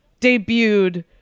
debuted